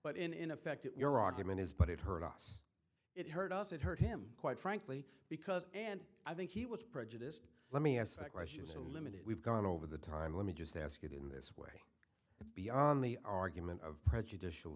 but in effect your argument is but it hurt us it hurt us it hurt him quite frankly because and i think he was prejudiced let me ask that question so limited we've gone over the time let me just ask it in that beyond the argument of prejudicial